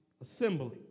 assembly